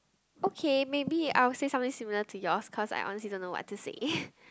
okay maybe I will say something similar to yours cause I honestly don't know what to say